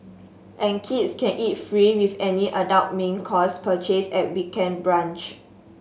and kids can eat free with any adult main course purchase at weekend brunch